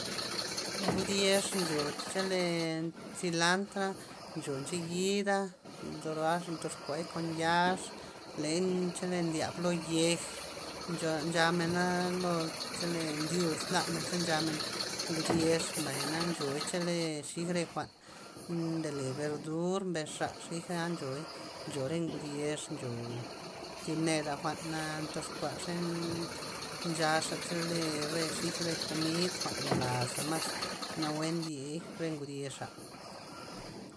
Ngud yex ncho chele silantra' ncho ncheyida, nzo ro'axa ndox kuay kon yax ley chele ndyab lo yej ncho- nchamena lo chele ndyus lamen ze nchamen ngud yex mbay na ncho chele xij re jwa'n ndele berdur mbes'xa xija nchoy, ncho re ngud yex ncho thib neda jwa'na ndyox kuaxey nchaxa chele re xij re komid jwa'n blaza mas nawue ndiey re ngud yexa'.